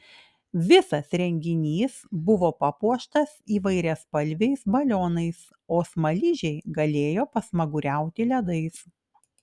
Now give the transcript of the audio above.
visas renginys buvo papuoštas įvairiaspalviais balionais o smaližiai galėjo pasmaguriauti ledais